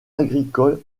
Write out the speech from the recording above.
agricole